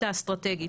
האסטרטגית.